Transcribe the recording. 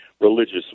religious